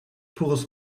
pures